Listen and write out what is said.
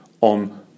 on